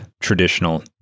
traditional